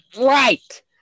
right